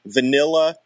Vanilla